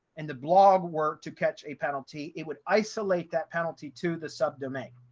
and the blog work to catch a penalty, it would isolate that penalty to the sub domain,